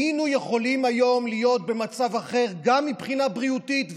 היינו יכולים היום להיות במצב אחר גם מבחינה בריאותית,